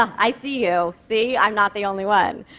i see you, see, i'm not the only one.